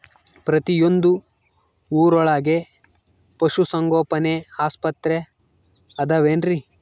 ಪ್ರತಿಯೊಂದು ಊರೊಳಗೆ ಪಶುಸಂಗೋಪನೆ ಆಸ್ಪತ್ರೆ ಅದವೇನ್ರಿ?